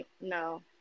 no